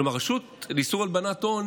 כלומר, הרשות לאיסור הלבנת הון